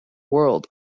world